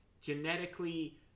genetically